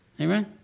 amen